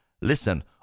listen